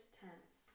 tense